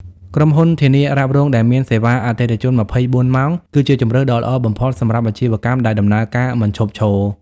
ក្រុមហ៊ុនធានារ៉ាប់រងដែលមាន សេវាអតិថិជន ២៤ ម៉ោង គឺជាជម្រើសដ៏ល្អបំផុតសម្រាប់អាជីវកម្មដែលដំណើរការមិនឈប់ឈរ។